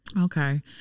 Okay